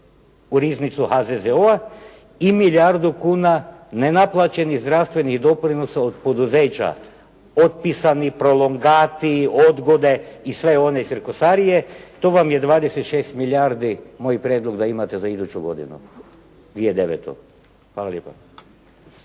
u riznicu HZZO-a i milijardu kuna nenaplaćenih zdravstvenih doprinosa od poduzeća, potpisani prolongati, odgode i sve one cirkusarije, to vam je 26 milijardi moj prijedlog da imate za iduću godinu 2009. Hvala lijepa.